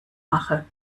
mache